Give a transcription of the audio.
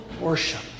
worship